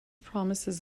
promises